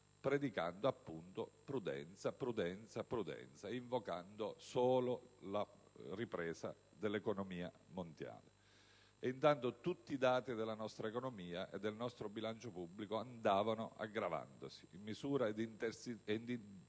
predicando, appunto, prudenza, prudenza, prudenza, e invocando solo la ripresa dell'economia mondiale. Intanto, tutti i dati della nostra economia e del nostro bilancio pubblico andavano aggravandosi in misura ed intensità